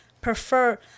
prefer